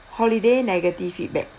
holiday negative feedback